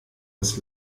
das